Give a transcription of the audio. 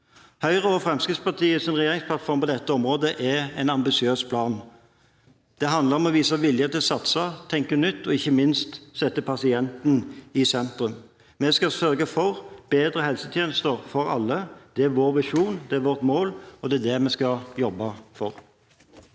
Høyre og Fremskrittspartiets regjeringsplattform på dette området er en ambisiøs plan. Det handler om å vise vilje til å satse, tenke nytt og ikke minst sette pasienten i sentrum. Vi skal sørge for bedre helsetjenester for alle. Det er vår visjon, det er vårt mål, og det er det vi skal jobbe for.